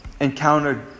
encountered